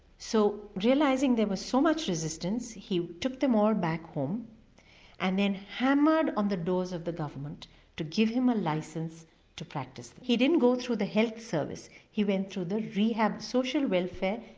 so realising there was so much resistance he took them all back home and then hammered on the doors of the government to give him a licence to practice. he didn't go through the health service, he went through the rehab social welfare,